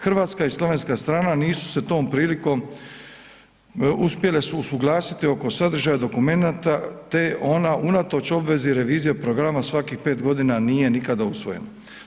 Hrvatska i slovenska strana nisu se tom prilikom uspjele usuglasiti oko sadržaja dokumenata te ona unatoč obvezi revizije programa svakih 5 g. nije nikada usvojena.